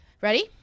Ready